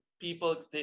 people